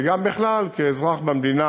וגם בכלל כאזרח המדינה,